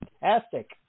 fantastic